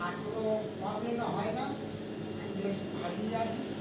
আর কোনো প্রবলেমও হয় না আমি বেশ ভারিই আছি